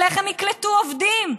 איך הם יקלטו עובדים,